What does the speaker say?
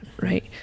right